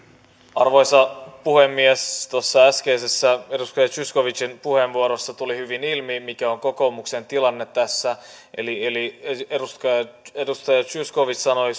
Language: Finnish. arvoisa puhemies tuossa äskeisessä edustaja zyskowiczin puheenvuorossa tuli hyvin ilmi mikä on kokoomuksen tilanne tässä eli eli edustaja edustaja zyskowicz sanoi